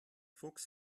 fuchs